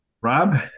Rob